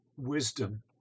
wisdom